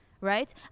right